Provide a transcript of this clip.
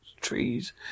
trees